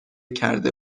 کرده